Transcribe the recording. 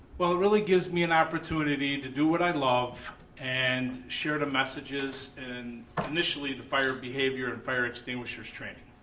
well it really gives me an opportunity to do what i love and share the messages and initially the fire behavior and fire extinguishers training.